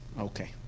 Okay